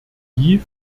die